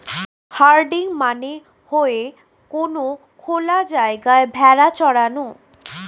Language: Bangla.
হার্ডিং মানে হয়ে কোনো খোলা জায়গায় ভেড়া চরানো